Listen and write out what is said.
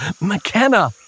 McKenna